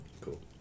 Cool